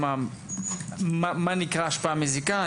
כלומר, מה נקרא "השפעה מזיקה".